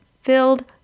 filled